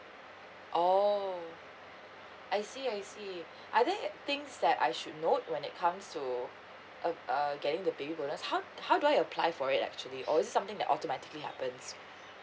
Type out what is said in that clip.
oh I see I see are there things that I should note when it comes to uh uh getting the baby bonus how how do I apply for it actually or is it something that automatically happens